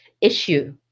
issue